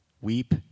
Weep